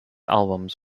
albums